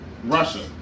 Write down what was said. Russia